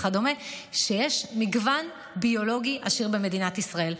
ויש מגוון ביולוגי עשיר במדינת ישראל,